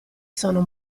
sono